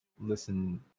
listen